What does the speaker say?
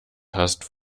hasst